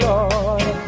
Lord